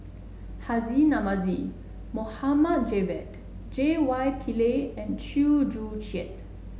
Haji Namazie Mohd Javad J Y Pillay and Chew Joo Chiat